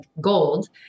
gold